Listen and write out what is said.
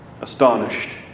Astonished